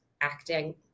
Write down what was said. acting